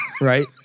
Right